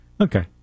Okay